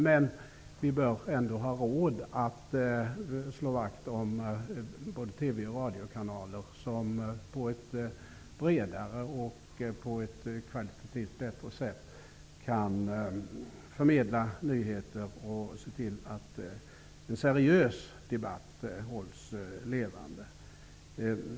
Men vi bör ändå ha råd att slå vakt om både TV och radiokanaler som på ett bredare och ett kvalitativt bättre sätt kan förmedla nyheter och se till att en seriös debatt hålls levande.